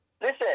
Listen